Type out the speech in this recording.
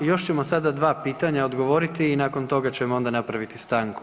Još ćemo sada dva pitanja odgovoriti i nakon toga ćemo onda napraviti stanku.